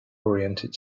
oriented